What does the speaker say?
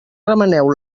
remeneu